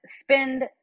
spend